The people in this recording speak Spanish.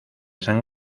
san